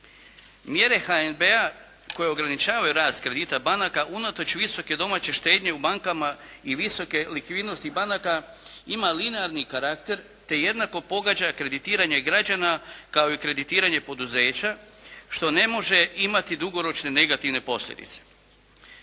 Mjere HNB-a koje ograničavaju rast kredita banaka unatoč visoke domaće štednje u bankama i visoke likvidnosti banaka ima linearni karakter te jednako pogađa kreditiranje građana kao i kreditiranje poduzeća što ne može imati dugoročne negativne posljedice.